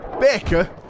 Baker